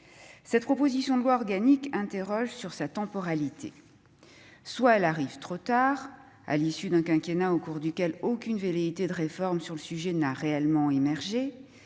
cette proposition de loi organique interroge : soit elle arrive trop tard, à l'issue d'un quinquennat au cours duquel aucune velléité de réforme n'a réellement émergé